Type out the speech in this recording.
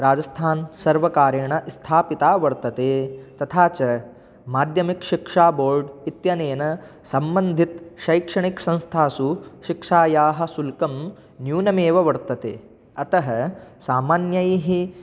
राजस्थानसर्वकारेण स्थापिता वर्तते तथा च माध्यमिकशिक्षाबोर्ड् इत्यनेन सम्बन्धितशैक्षणिकसंस्थासु शिक्षायाः शुल्कं न्यूनमेव वर्तते अतः सामान्यैः